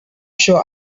sure